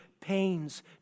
pains